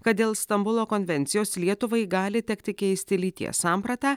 kad dėl stambulo konvencijos lietuvai gali tekti keisti lyties sampratą